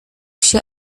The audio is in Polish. się